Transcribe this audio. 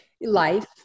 life